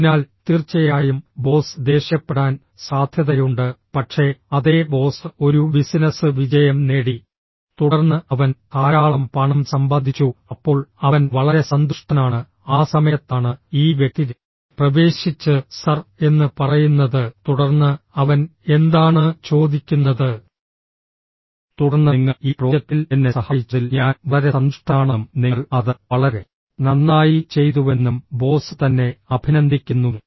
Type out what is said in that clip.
അതിനാൽ തീർച്ചയായും ബോസ് ദേഷ്യപ്പെടാൻ സാധ്യതയുണ്ട് പക്ഷേ അതേ ബോസ് ഒരു ബിസിനസ്സ് വിജയം നേടി തുടർന്ന് അവൻ ധാരാളം പണം സമ്പാദിച്ചു അപ്പോൾ അവൻ വളരെ സന്തുഷ്ടനാണ് ആ സമയത്താണ് ഈ വ്യക്തി പ്രവേശിച്ച് സർ എന്ന് പറയുന്നത് തുടർന്ന് അവൻ എന്താണ് ചോദിക്കുന്നത് തുടർന്ന് നിങ്ങൾ ഈ പ്രോജക്റ്റിൽ എന്നെ സഹായിച്ചതിൽ ഞാൻ വളരെ സന്തുഷ്ടനാണെന്നും നിങ്ങൾ അത് വളരെ നന്നായി ചെയ്തുവെന്നും ബോസ് തന്നെ അഭിനന്ദിക്കുന്നു